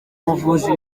buvuzi